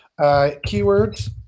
keywords